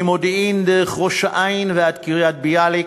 ממודיעין דרך ראש-העין ועד קריית-ביאליק.